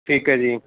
ਠੀਕ ਹੈ ਜੀ